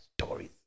stories